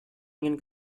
ingin